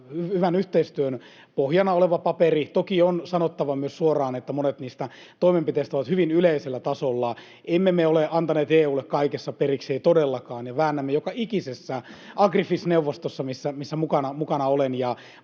hyvän yhteistyön pohjana oleva paperi. Toki on sanottava myös suoraan, että monet niistä toimenpiteistä ovat hyvin yleisellä tasolla. Emme me ole antaneet EU:lle kaikessa periksi, emme todellakaan, ja väännämme joka ikisessä Agrifish-neuvostossa, missä mukana olen,